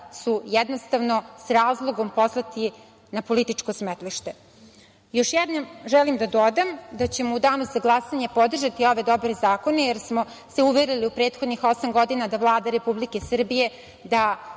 su jednostavno s razlogom poslati na političko smetlište. Još jednom želim da dodam da ćemo u danu za glasanje podržati ove dobre zakone jer smo se uverili u prethodnih osam godina da Vlada Republike Srbije, da